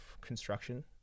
construction